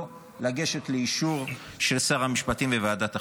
לגשת לאישור של שר המשפטים וועדת החוקה.